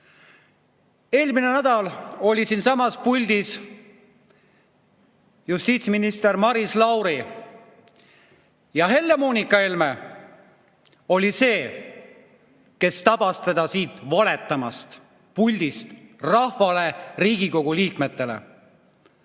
Eelmine nädal oli siinsamas puldis justiitsminister Maris Lauri ja Helle-Moonika Helme oli see, kes tabas ta siit puldist valetamas rahvale, Riigikogu liikmetele.